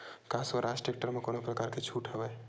का स्वराज टेक्टर म कोनो प्रकार के छूट हवय?